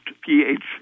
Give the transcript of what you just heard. pH